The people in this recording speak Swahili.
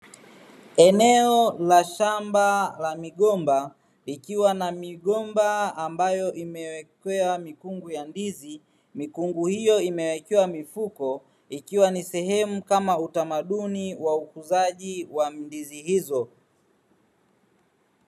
Eneo la shamba la migomba likiwa na migomba ambayo imewekewa mikungu ya ndizi, mikungu hiyo ikiwa imewekewa mifuko ikiwa ni sehemu kama utamaduni wa ukuzaji wa ndizi hizo.